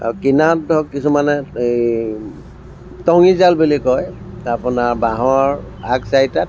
আৰু কিনাৰত ধৰক কিছুমানে এই টঙিজাল বুলি কয় আপোনাৰ বাঁহৰ আগ চাৰিটাত